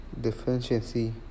deficiency